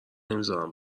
نمیزارم